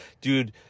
dude